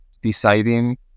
Deciding